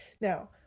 now